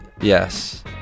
yes